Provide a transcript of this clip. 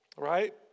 right